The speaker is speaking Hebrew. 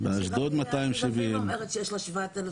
באשדוד 270. רק עריית תל אביב אומרת שיש לה 7,000,